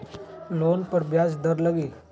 Loan पर ब्याज दर लगी?